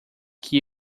que